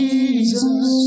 Jesus